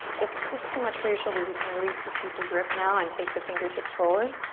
if this is too much for your shoulders you can release the steeple grip now and take the fingertips forward.